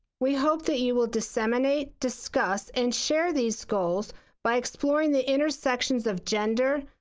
we hope that you will disseminate, discuss, and share these goals by exploring the intersections of gender,